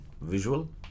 visual